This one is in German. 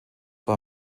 war